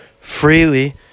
freely